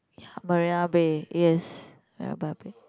ya Marina Bay yes Marina Bay